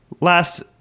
last